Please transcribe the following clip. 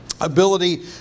ability